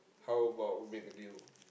how about we make a deal